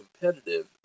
competitive